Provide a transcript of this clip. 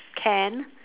can